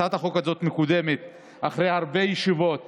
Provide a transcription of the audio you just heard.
הצעת החוק הזאת מקודמת אחרי הרבה ישיבות